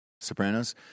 Sopranos